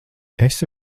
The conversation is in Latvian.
esi